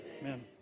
Amen